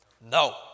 No